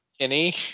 Kenny